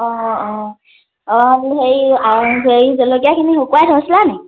অঁ অঁ অঁ হেৰি অঁ হেৰি জলকীয়াখিনি শুকোৱাই থৈছিলানি